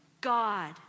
God